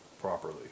properly